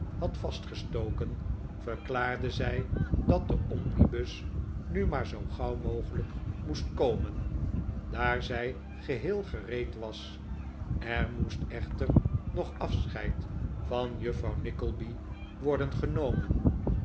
had vastgestoken verklaarde zij dat de omnibus nu maar zoo gauw mogelijk moest komen daar zij geheel gereed was er moest echter nog afscheid van juffrouw nickleby worden genomen